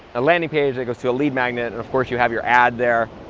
a landing page that goes through a lead magnet, and of course, you have your ad there,